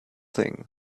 thing